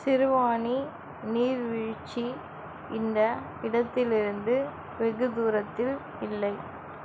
சிறுவாணி நீர்வீழ்ச்சி இந்த இடத்திலிருந்து வெகு தூரத்தில் இல்லை